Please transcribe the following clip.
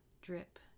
drip